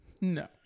No